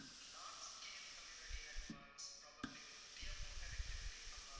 large-scale community networks probably with connectivity from